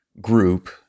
group